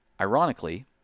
Ironically